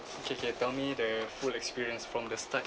K K tell me the full experience from the start